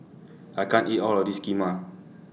I can't eat All of This Kheema